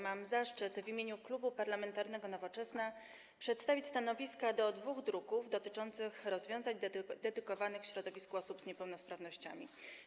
Mam zaszczyt w imieniu Klubu Poselskiego Nowoczesna przedstawić stanowiska wobec dwóch druków, projektów dotyczących rozwiązań dedykowanych środowisku osób z niepełnosprawnościami.